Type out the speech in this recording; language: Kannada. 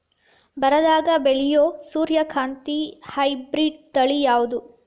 ಬರದಾಗ ಬೆಳೆಯೋ ಸೂರ್ಯಕಾಂತಿ ಹೈಬ್ರಿಡ್ ತಳಿ ಯಾವುದು?